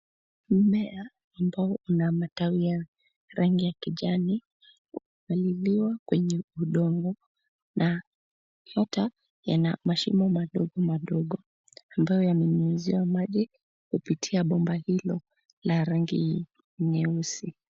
Mmea ambao unamatawi ya rangi ya kijani, umepaliliwa kwenye udongo na hata yana mashimo madogo madogo ambayo yame nyunyuziwa maji, kupitia bomba hilo la rangi nyeusi.